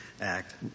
Act